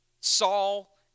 Saul